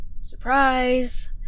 surprise